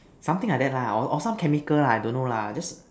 something like that lah or some chemical lah I don't know lah